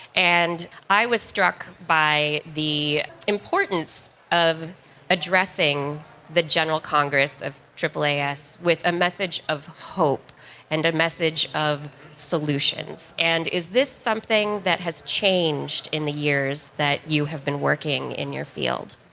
and i was struck by the importance of addressing the general congress of aaas with a message of hope and a message of solutions. and is this something that has changed in the years that you have been working in your field?